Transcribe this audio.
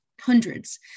hundreds